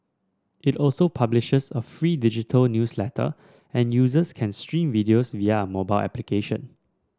it also publishes a free digital newsletter and users can stream videos via a mobile application